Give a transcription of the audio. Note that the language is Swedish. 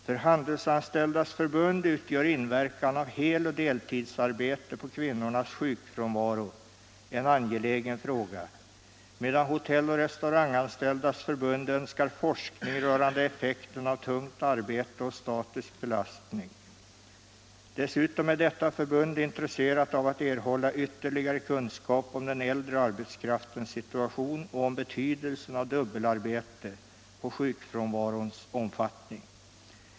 För Handelsanställdas Förbund utgör inverkan av hel och deltidsarbete på kvinnornas sjukfrånvaro en angelägen fråga, medan Hotell och Restauranganställdas Förbund önskar forskning rörande effekten av tungt arbete och statisk belastning. Dessutom är detta förbund intresserat av att erhålla ytterligare kunskap om den äldre arbetskraftens situation och om betydelsen av dubbelarbete på sjukfrånvarons omfattning.